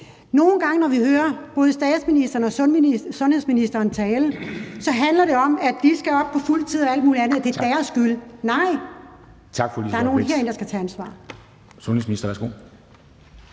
Nogle gange når vi hører statsministeren og sundhedsministeren tale, handler det om, at de skal op på fuld tid og alt muligt andet, og at det er deres skyld. Nej, der er nogle herinde, der skal tage ansvar.